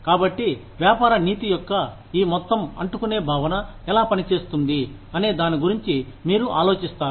కాబట్టి వ్యాపార నీతి యొక్క ఈ మొత్తం అంటుకునే భావన ఎలా పనిచేస్తుంది అనే దాని గురించి మీరు ఆలోచిస్తారు